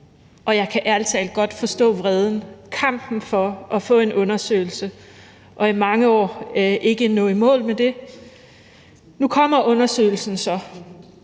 og jeg kan ærlig talt godt forstå vreden over at kæmpe for at få en undersøgelse og i mange år ikke nå i mål med det. Nu kommer undersøgelsen så,